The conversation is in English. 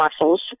muscles